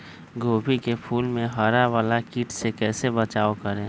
गोभी के फूल मे हरा वाला कीट से कैसे बचाब करें?